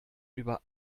über